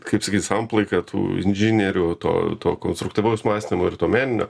kaip sakyt samplaika tų inžinierių to konstruktyvaus mąstymo ir to meninio